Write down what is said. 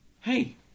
hey